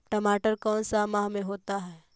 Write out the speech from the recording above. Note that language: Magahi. टमाटर कौन सा माह में होता है?